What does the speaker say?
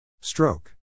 Stroke